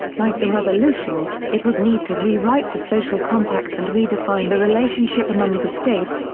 like the revolution, it would need to rewrite the social compact and redefine the relationship among the the states,